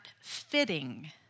fitting